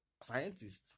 scientists